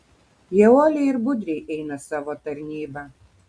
jie uoliai ir budriai eina savo tarnybą